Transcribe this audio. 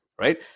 Right